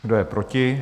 Kdo je proti?